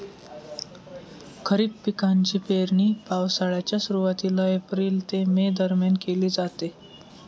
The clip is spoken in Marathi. खरीप पिकांची पेरणी पावसाळ्याच्या सुरुवातीला एप्रिल ते मे दरम्यान केली जाते